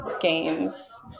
games